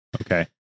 Okay